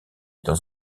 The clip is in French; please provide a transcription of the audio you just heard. dans